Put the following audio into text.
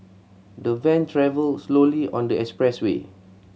the van travelled slowly on the expressway